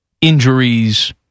Injuries